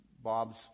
Bob's